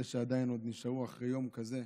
אלה שעדיין נשארו אחרי יום כזה,